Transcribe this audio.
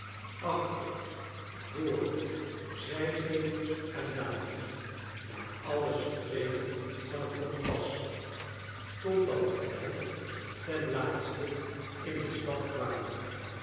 achter voor zij gevels en daken naar alle streken van het kompas totdat wij ten laatste in de stad kwamen